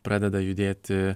pradeda judėti